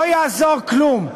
לא יעזור כלום.